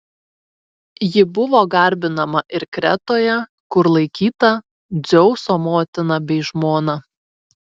ji buvo garbinama ir kretoje kur laikyta dzeuso motina bei žmona